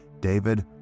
David